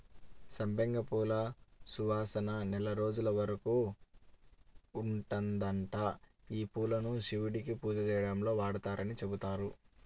సంపెంగ పూల సువాసన నెల రోజుల వరకు ఉంటదంట, యీ పూలను శివుడికి పూజ చేయడంలో వాడరని చెబుతారు